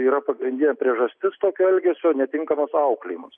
yra pagrindinė priežastis tokio elgesio netinkamas auklėjimas